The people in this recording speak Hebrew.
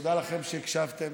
ותודה לכם שהקשבתם,